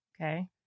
Okay